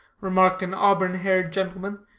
remarked an auburn-haired gentleman,